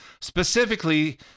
specifically